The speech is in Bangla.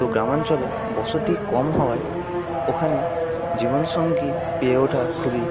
তো গ্রামাঞ্চলে বসতি কম হওয়ায় ওখানে জীবনসঙ্গী পেয়ে ওঠা খুবই